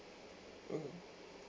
mmhmm